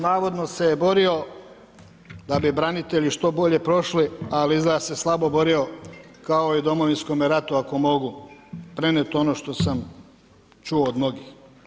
Navodno se je borio da bi branitelji što bolje prošli, ali izgleda da se slabo borio kao i u Domovinskome rate, ako mogu prenijet ono što sam čuo od mnogih.